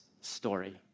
story